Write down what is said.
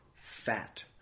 fat